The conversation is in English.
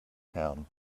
town